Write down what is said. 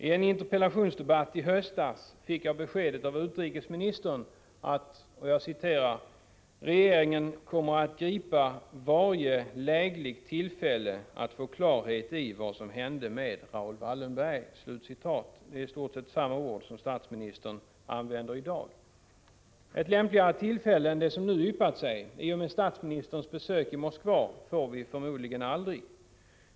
I en interpellationsdebatt i höstas fick jag beskedet av utrikesministern ”att regeringen kommer att gripa varje lägligt tillfälle att få klarhet i vad som hände med Raoul Wallenberg”. Det är i stort sett samma ord som statsministern använder i dag. Ett lämpligare tillfälle än det som nu yppat sig i och med statsministerns besök i Moskva får vi förmodligen aldrig.